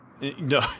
no